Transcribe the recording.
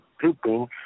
pooping